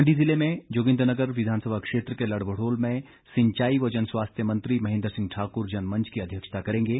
मंडी जिले में जोगिन्द्रनगर विधानसभा क्षेत्र के लड़भड़ोल में सिंचाई व जनस्वास्थ्य मंत्री महेंद्र सिंह ठाक्र जनमंच की अध्यक्षता करेंगे